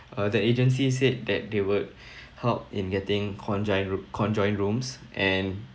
uh the agency said that they would help in getting conjoined conjoined rooms and